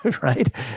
right